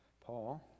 Paul